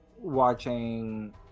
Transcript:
watching